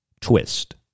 twist